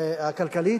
הכלכלית,